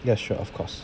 yeah sure of course